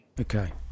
Okay